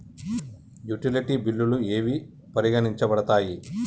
Utility బిల్లులు ఏవి పరిగణించబడతాయి?